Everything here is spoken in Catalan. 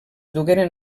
dugueren